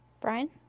Brian